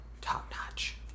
top-notch